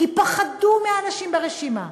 כי פחדו מהאנשים ברשימה.